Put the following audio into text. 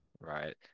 right